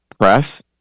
press